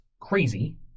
Crazy